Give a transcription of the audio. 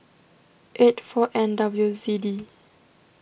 eight four N W Z D